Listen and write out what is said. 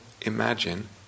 imagine